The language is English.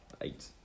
Eight